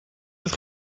het